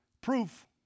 proof